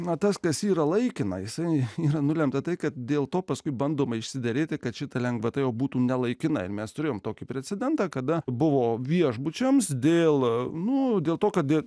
va tas kas yra laikina jisai yra nulemta tai kad dėl to paskui bandoma išsiderėti kad šita lengvata jau būtų ne laikinai mes turėjome tokį precedentą kada buvo viešbučiams dėl nu dėl to kad